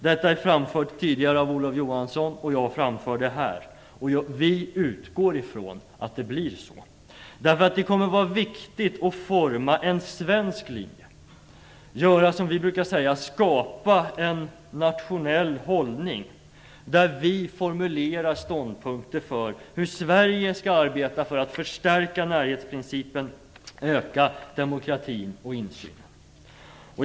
Det kravet har tidigare framförts av Olof Johansson, och jag framför det nu. Vi utgår från att det blir så. Det kommer nämligen att bli viktigt att forma en svensk linje och skapa en, som vi brukar säga, nationell hållning, där vi formulerar ståndpunkter för hur Sverige skall arbeta för att förstärka närhetsprincipen samt öka demokratin och insynen.